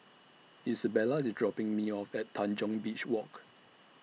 Isabella IS dropping Me off At Tanjong Beach Walk